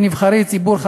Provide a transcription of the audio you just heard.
כנבחרי ציבור,